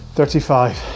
Thirty-five